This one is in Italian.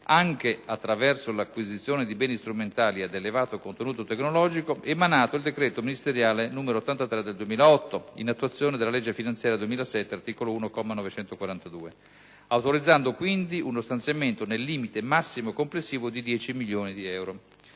anche attraverso l'acquisizione di beni strumentali ad elevato contenuto tecnologico, emanato il decreto ministeriale n. 83 del 2008 (in attuazione della legge finanziaria 2007, articolo 1, comma 942), autorizzando quindi uno stanziamento nel limite massimo complessivo di 10 milioni di euro.